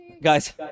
Guys